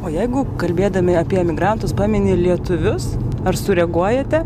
o jeigu kalbėdami apie emigrantus pamini lietuvius ar sureaguojate